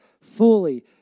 fully